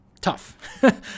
tough